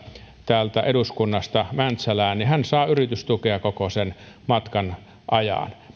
täältä eduskunnasta mäntsälään niin hän saa yritystukea koko sen matkan ajan